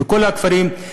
בכל הכפרים,